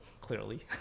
clearly